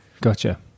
Gotcha